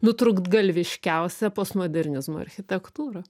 nutrūktgalviškiausia postmodernizmo architektūra